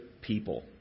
people